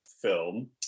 film